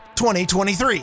2023